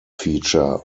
feature